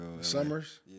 Summers